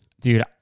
Dude